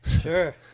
Sure